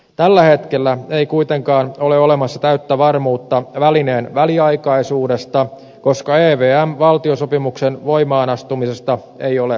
tällä hetkellä ei kuitenkaan ole olemassa täyttä varmuutta välineen väliaikaisuudesta koska evm valtiosopimuksen voimaanastumisesta ei ole varmuutta